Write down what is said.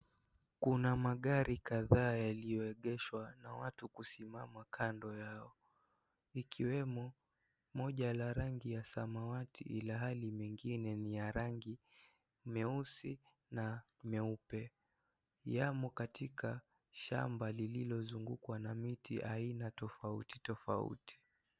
Kuna magari kadhaa yaliyoegeshwa na watu kusimama kando yao, ikiwemo moja la rangi ya samawati ilhali, mengine ni ya rangi meusi na meupe. Yamo katika shamba lililozungukwa na miti aina tofauti tofauti.